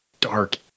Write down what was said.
dark